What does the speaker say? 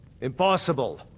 impossible